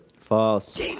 False